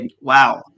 Wow